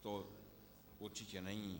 To určitě není.